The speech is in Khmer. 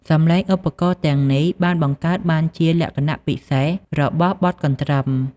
សំឡេងឧបករណ៍ទាំងនេះបានបង្កើតបានជាលក្ខណៈពិសេសរបស់បទកន្ទ្រឹម។